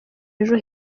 ejo